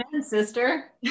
sister